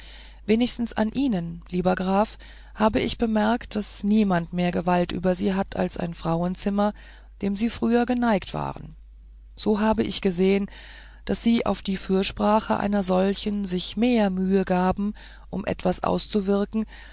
wenigstens an ihnen lieber graf habe ich bemerkt daß niemand mehr gewalt über sie hat als ein frauenzimmer dem sie früher geneigt waren so habe ich gesehen daß sie auf die fürsprache einer solchen sich mehr mühe gaben um etwas auszuwirken